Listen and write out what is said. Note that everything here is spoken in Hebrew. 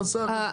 ונסח את זה.